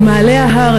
במעלה ההר,